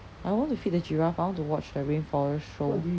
I want to feed the giraffe I want to watch the rainforest show